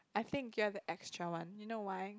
I think you're the extra one you know why